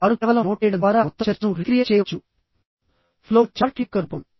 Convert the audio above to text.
వారు కేవలం నోట్ చేయడం ద్వారా మొత్తం చర్చను రీక్రియేట్ చేయవచ్చు ఫ్లో చార్ట్ యొక్క రూపం